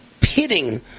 pitting